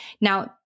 Now